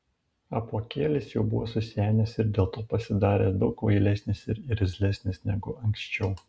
apuokėlis jau buvo susenęs ir dėl to pasidaręs daug kvailesnis ir irzlesnis negu anksčiau